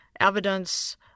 evidence